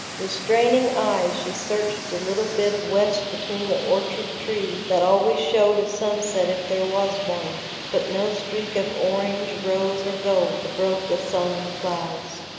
with straining eyes she searched the little bit of west between the orchard tree that always showed a sunset if there was one but no streak of orange, rose, or gold broke the sullen clouds.